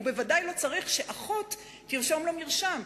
הוא בוודאי לא צריך שאחות תרשום לו מרשם.